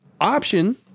option